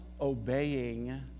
obeying